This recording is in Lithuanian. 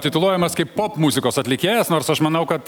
tituluojamas kaip popmuzikos atlikėjas nors aš manau kad